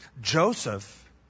Joseph